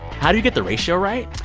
how do you get the ratio right?